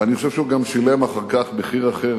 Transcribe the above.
ואני חושב שהוא גם שילם אחר כך מחיר אחר,